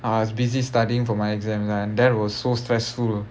I was busy studying for my exams lah and that was so stressful